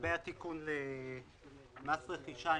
לגבי התיקון למס רכישה,